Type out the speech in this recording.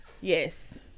Yes